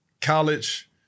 college